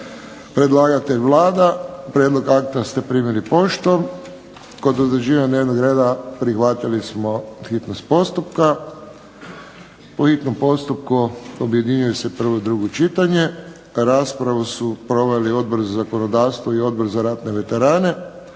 Predlagatelj Vlada. Prijedlog akta ste primili poštom. Kod utvrđivanja dnevnog reda prihvatili smo hitnost postupka. U hitnom postupku objedinjuje se prvo i drugo čitanje. Raspravu su proveli Odbor za zakonodavstvo i Odbor za ratne veterane.